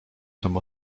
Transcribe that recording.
tam